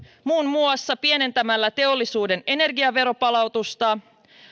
muun muassa pienentämällä teollisuuden energiaveropalautusta